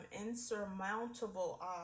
insurmountable